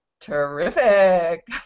terrific